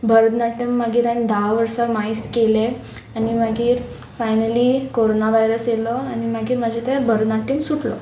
भरतनाट्यम मागीर हांवें धा वर्सां मायस केले आनी मागीर फायनली कोरोना व्हायरस येयलो आनी मागीर म्हाजे ते भरतनाट्यम सुटलो